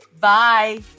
Bye